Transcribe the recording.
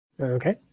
Okay